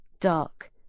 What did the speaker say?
dark